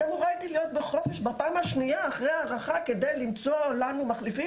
הייתי אמורה להיות בחופש בפעם השנייה אחרי הארכה כדי למצוא לנו מחליפים,